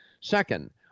Second